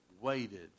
waited